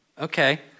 okay